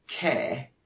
care